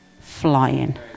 flying